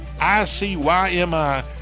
I-C-Y-M-I